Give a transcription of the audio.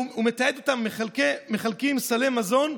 שהוא מתעד אותן מחלקות סלי מזון,